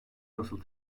nasıl